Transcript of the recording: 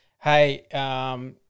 hey –